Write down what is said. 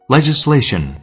Legislation